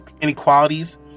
inequalities